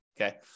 okay